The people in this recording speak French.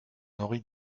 aurait